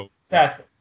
Seth